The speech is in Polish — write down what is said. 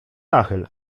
nachyl